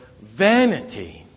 vanity